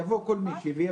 יבוא מי שהתחסן,